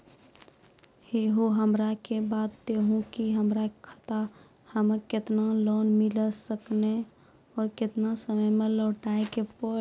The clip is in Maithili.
है हो हमरा के बता दहु की हमार खाता हम्मे केतना लोन मिल सकने और केतना समय मैं लौटाए के पड़ी?